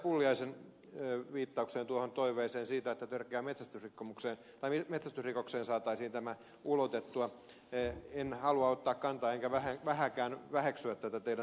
pulliaisen viittaukseen tuohon toiveeseen siitä että metsästysrikokseen saataisiin tämä ulotettua en halua ottaa kantaa enkä vähääkään väheksyä tätä teidän toivettanne